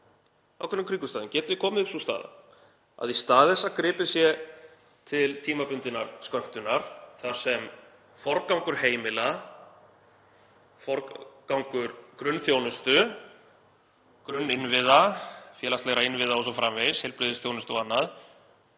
ákveðnum kringumstæðum geti komið upp sú staða að í stað þess að gripið sé til tímabundinnar skömmtunar þar sem forgangur heimila, forgangur grunnþjónustu, grunninnviða, félagslegra innviða o.s.frv., heilbrigðisþjónustu og annars